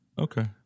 Okay